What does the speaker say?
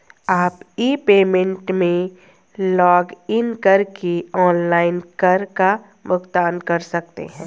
आप e payment में login करके ऑनलाइन कर का भुगतान कर सकते हैं